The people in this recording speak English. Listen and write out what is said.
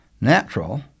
Natural